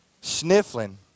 sniffling